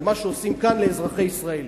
על מה שעושים כאן לאזרחי ישראל.